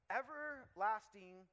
everlasting